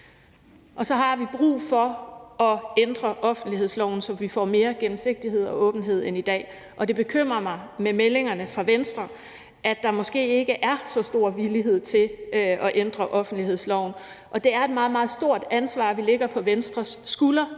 år. Vi har brug for at ændre offentlighedsloven, så vi får mere gennemsigtighed og åbenhed end i dag, og det bekymrer mig med meldingerne fra Venstre, i forhold til at der måske ikke er så stor villighed til at ændre offentlighedsloven. Og det er et meget, meget stort ansvar, vi lægger på Venstres skuldre